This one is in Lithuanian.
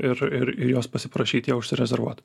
ir ir ir jos pasiprašyt ją užsirezervuot